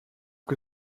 que